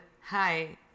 hi